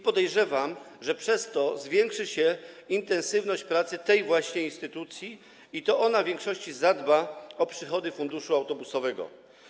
Podejrzewam, że przez to zwiększy się intensywność pracy tej właśnie instytucji i to ona w większości zadba o przychody funduszu autobusowego.